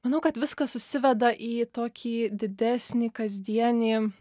manau kad viskas susiveda į tokį didesnį kasdienį